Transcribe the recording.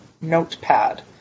Notepad